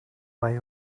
way